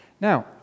Now